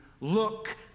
look